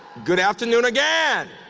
good afternoon again.